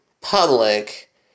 public